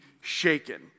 shaken